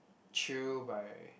chill by